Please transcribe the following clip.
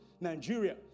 Nigeria